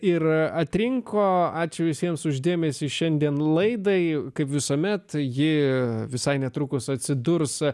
ir atrinko ačiū visiems už dėmesį šiandien laidai kaip visuomet ji visai netrukus atsidurs